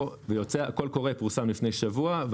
קול קורא פורסם לפני שבוע,